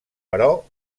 però